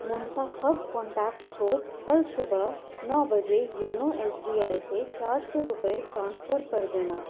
منتخب کانٹیکٹس کو کل صبح نو بجے یونو ایس بی آئی سے چار سو روپئے ٹرانسفر کر دینا